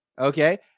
Okay